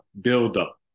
buildup